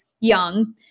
young